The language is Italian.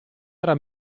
era